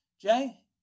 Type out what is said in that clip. Jay